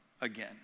again